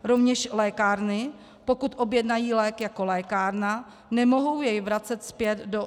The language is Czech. Rovněž lékárny, pokud objednají lék jako lékárna, nemohou jej vracet zpět do distribuce.